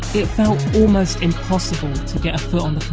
it felt almost impossible to get a foot on the